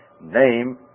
name